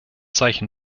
zeichen